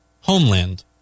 Homeland